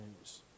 news